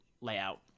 layout